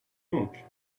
donc